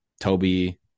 Toby